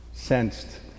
sensed